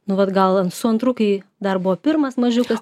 nu vat gal su antru kai dar buvo pirmas mažiukas